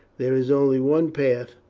there is only one path,